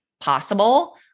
possible